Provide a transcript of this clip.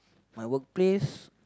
my work place